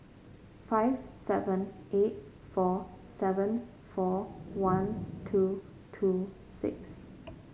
five seven eight four seven four one two two six